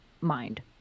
mind